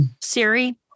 Siri